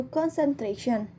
concentration